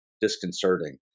disconcerting